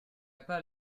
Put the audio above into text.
pas